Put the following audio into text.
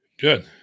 Good